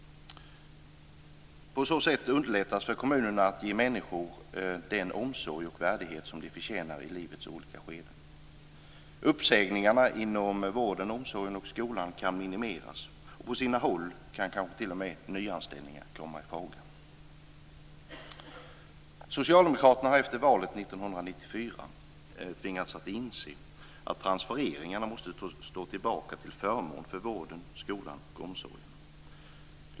På så sätt underlättas för kommunerna att ge människor den omsorg och värdighet som de förtjänar i livets olika skeden. Uppsägningarna inom vården, omsorgen och skolan kan minimeras. På sina håll kan kanske t.o.m. nyanställningar komma i fråga. Socialdemokraterna har efter valet 1994 tvingats att inse att transfereringarna måste stå tillbaka till förmån för vården, skolan och omsorgen.